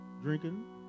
drinking